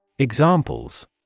Examples